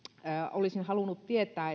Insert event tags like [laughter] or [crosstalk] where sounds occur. olisin halunnut tietää [unintelligible]